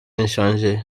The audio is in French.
inchangé